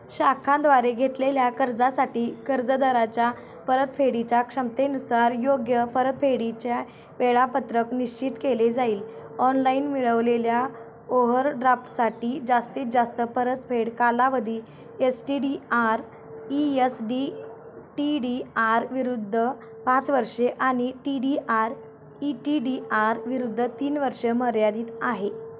शाखांद्वारे घेतलेल्या कर्जासाठी कर्जदराच्या परतफेडीच्या क्षमतेनुसार योग्य परतफेडीच्या वेळापत्रक निश्चित केले जाईल ऑनलाईन मिळवलेल्या ओहरड्राफ्टसाठी जास्तीत जास्त परतफेड कालावधी S T D R E S D T D R विरुद्ध पाच वर्षे आणि T D R E T D R विरुद्ध तीन वर्षे मर्यादित आहे